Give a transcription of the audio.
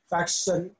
Faction